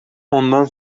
ondan